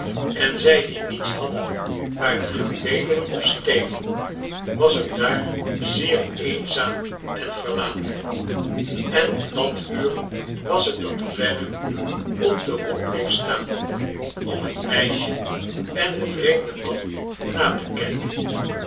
en zij die niets hadden waren gaan bedelen of stelen was het daar zeer eenzaam en verlaten en op dat uur was t dat clennam op den hoek bleef staan om het meisje en den vreemden man na te kijken